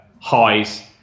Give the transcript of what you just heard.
highs